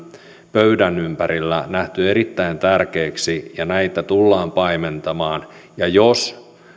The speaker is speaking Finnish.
pöydän ympärillä nähty erittäin tärkeiksi ja näitä tullaan paimentamaan jos